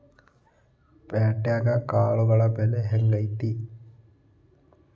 ಪ್ಯಾಟ್ಯಾಗ್ ಕಾಳುಗಳ ಬೆಲೆ ಹೆಂಗ್ ಐತಿ?